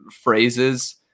phrases